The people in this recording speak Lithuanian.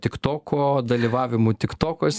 tiktoko dalyvavimu tiktokos